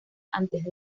antes